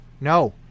No